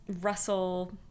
Russell